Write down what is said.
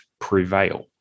prevail